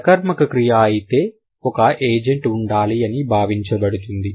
సకర్మక క్రియ అయితే ఒక ఏజెంట్ ఉండాలి అని భావించబడుతుంది